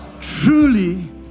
truly